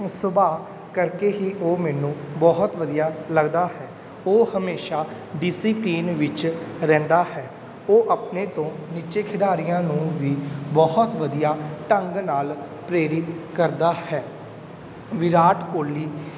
ਸੁਭਾਅ ਕਰਕੇ ਹੀ ਉਹ ਮੈਨੂੰ ਬਹੁਤ ਵਧੀਆ ਲੱਗਦਾ ਹੈ ਉਹ ਹਮੇਸ਼ਾ ਡੀਸੀਪੀਂਨ ਵਿੱਚ ਰਹਿੰਦਾ ਹੈ ਉਹ ਆਪਣੇ ਤੋਂ ਨੀਚੇ ਖਿਡਾਰੀਆਂ ਨੂੰ ਵੀ ਬਹੁਤ ਵਧੀਆ ਢੰਗ ਨਾਲ ਪ੍ਰੇਰਿਤ ਕਰਦਾ ਹੈ ਵਿਰਾਟ ਕੋਹਲੀ